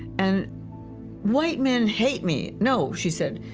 and white men hate me. no, she said,